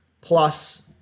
plus